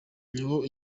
niho